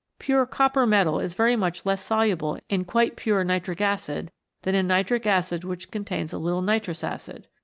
pure copper metal is very much less soluble in quite pure nitric acid than in nitric acid which contains a little nitrous acid.